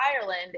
Ireland